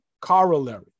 corollary